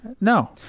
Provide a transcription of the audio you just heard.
No